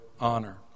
honor